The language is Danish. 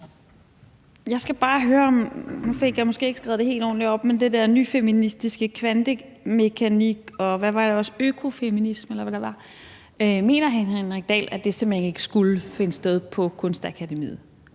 Jeg skal bare høre – nu fik jeg måske ikke skrevet det helt ordentlig op – om det med det nyfeministiske kvantemekanik og økofeminisme, eller hvad det var: Mener hr. Henrik Dahl, at det simpelt hen ikke skulle finde sted på Kunstakademiet,